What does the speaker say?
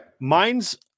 Mine's